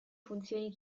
funzioni